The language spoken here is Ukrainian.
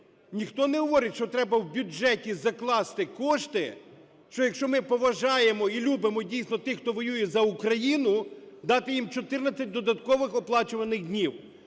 Ніхто не говорить, що треба в бюджеті закласти кошти, що, якщо ми поважаємо і любимо дійсно тих, хто воює за Україну, дати їм 14 додаткових оплачуваних днів.